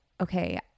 okay